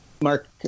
Mark